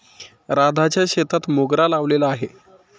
राधाच्या शेतात मोगरा लावलेला आहे